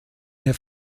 mehr